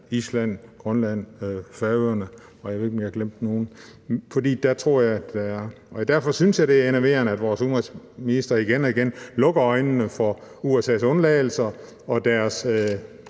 Island, Grønland og Færøerne – jeg ved ikke, om jeg har glemt nogen. Derfor synes jeg, det er enerverende, at vores udenrigsminister igen og igen lukker øjnene for USA's undladelsessynder og deres